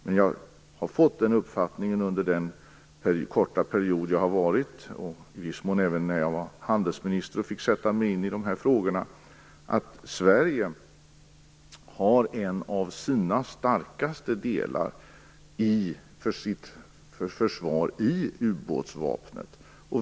Men jag har fått den uppfattningen under den korta period jag har varit försvarsminister, och i viss mån redan när jag var handelsminister och fick sätta mig in i dessa frågor, att Sverige har en av sina starkaste delar i sitt försvar i ubåtsvapnet.